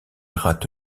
rate